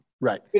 right